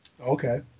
Okay